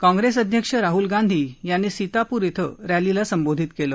काँग्रेस अध्यक्ष राहूल गांधी यांनी सितापूर इथं रॅलीला संबोधित केलं